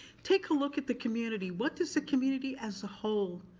take a look at the community. what does the community as a whole,